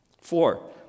Four